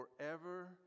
forever